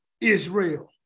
Israel